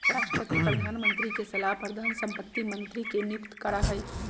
राष्ट्रपति प्रधानमंत्री के सलाह पर धन संपत्ति मंत्री के नियुक्त करा हई